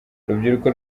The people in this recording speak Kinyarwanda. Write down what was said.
urubyiruko